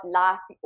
life